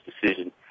decision